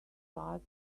basil